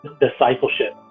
discipleship